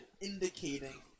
indicating